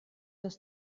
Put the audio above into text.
das